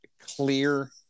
clear